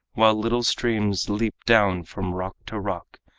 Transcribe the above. while little streams leap down from rock to rock,